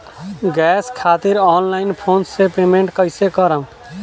Gas खातिर online phone से payment कैसे करेम?